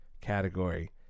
category